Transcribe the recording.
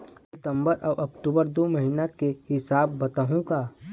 सितंबर अऊ अक्टूबर दू महीना के हिसाब बताहुं का?